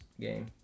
game